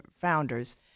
founders